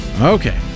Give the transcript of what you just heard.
Okay